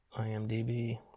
IMDb